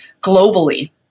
globally